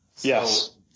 Yes